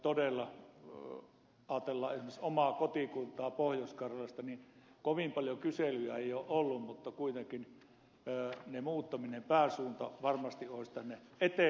todella ajatellaan esimerkiksi omaa kotikuntaani pohjois karjalassa niin kovin paljon kyselyjä ei ole ollut mutta kuitenkin muuttamisen pääsuunta varmasti olisi tänne etelään